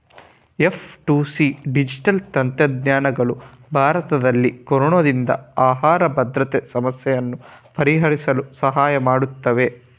F two C digital ತಂತ್ರಜ್ಞಾನಗಳು ಭಾರತದಲ್ಲಿ ಕೊರೊನಾದಿಂದ ಆಹಾರ ಭದ್ರತೆ ಸಮಸ್ಯೆಯನ್ನು ಪರಿಹರಿಸಲು ಸಹಾಯ ಮಾಡುತ್ತವೆ